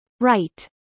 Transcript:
Right